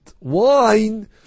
wine